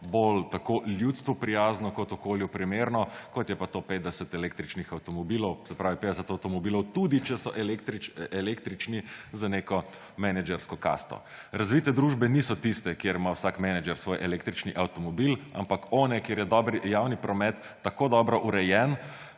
bolj tako ljudstvu prijazno kot okolju primerno, kot je pa to 50 električnih avtomobilov. Se pravi, 50 avtomobilov, tudi če so električni, za neko menedžersko kasto. Razvite družbe niso tiste, kjer ima vsak menedžer svoj električni avtomobil, ampak one, kjer je javni promet tako dobro urejen,